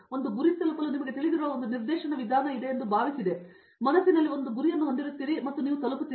ಒಂದು ಗುರಿ ತಲುಪಲು ನಿಮಗೆ ತಿಳಿದಿರುವ ಒಂದು ನಿರ್ದೇಶನ ವಿಧಾನ ಎಂದು ನಾನು ಭಾವಿಸಿದೆವು ನೀವು ಮನಸ್ಸಿನಲ್ಲಿ ಒಂದು ಗುರಿಯನ್ನು ಹೊಂದಿರುತ್ತೀರಿ ಮತ್ತು ನೀವು ತಲುಪುತ್ತೀರಿ